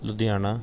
Ludhiana